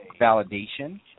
validation